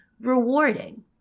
rewarding